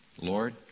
Lord